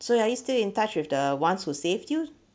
so are you still in touch with the ones who save you